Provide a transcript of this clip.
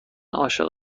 عاشق